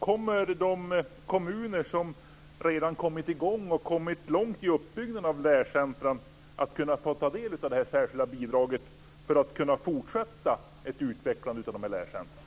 Kommer de kommuner som redan har kommit i gång och kommit långt i uppbyggnaden av lärcentrum att kunna få del av det särskilda bidraget för att fortsätta att utveckla dessa lärcentrum?